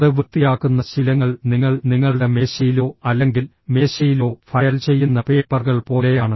അത് വൃത്തിയാക്കുന്ന ശീലങ്ങൾ നിങ്ങൾ നിങ്ങളുടെ മേശയിലോ അല്ലെങ്കിൽ മേശയിലോ ഫയൽ ചെയ്യുന്ന പേപ്പറുകൾ പോലെയാണ്